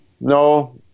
No